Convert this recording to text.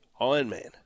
Ironman